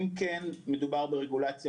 אם מדובר ברגולציה,